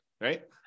right